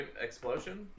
explosion